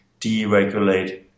deregulate